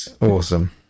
Awesome